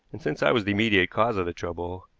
and since i was the immediate cause of the trouble,